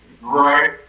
Right